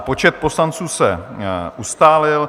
Počet poslanců se ustálil.